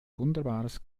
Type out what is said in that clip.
wunderbares